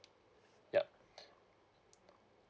yup